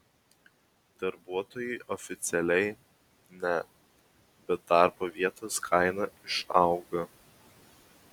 darbuotojui oficialiai ne bet darbo vietos kaina išauga